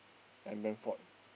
and Bradford